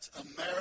America